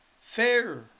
fair